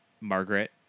Margaret